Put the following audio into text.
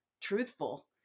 truthful